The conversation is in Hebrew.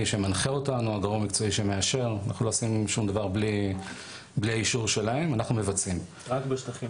כי אנחנו גוף קטן ביחס למדינה ומכיוון שמדובר בשטחים